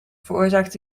veroorzaakt